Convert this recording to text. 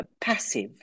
passive